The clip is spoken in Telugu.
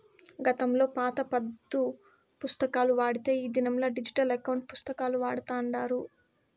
గతంలో పాత పద్దు పుస్తకాలు వాడితే ఈ దినంలా డిజిటల్ ఎకౌంటు పుస్తకాలు వాడతాండారు